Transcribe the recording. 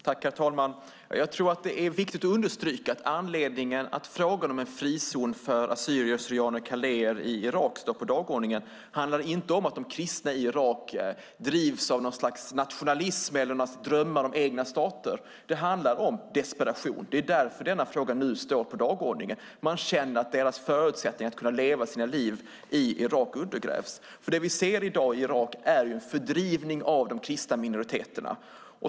Herr talman! Det är viktigt att understryka att anledningen till att frågan om en frizon för assyrier kaldéer i Irak står på dagordningen inte handlar om att de kristna irakierna drivs av något slags nationalism eller drömmar om egna stater. Det handlar om desperation. Det är därför denna fråga nu står på dagordningen. Man känner att deras förutsättningar att leva sina liv i Irak undergrävs. Det vi ser i dag i Irak är en fördrivning av de kristna minoriteterna.